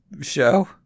show